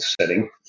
setting